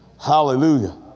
Hallelujah